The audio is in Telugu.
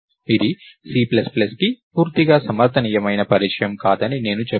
ఇది సి ప్లస్ ప్లస్కు పూర్తిగా సమర్థనీయమైన పరిచయం కాదని నేను చెప్పాను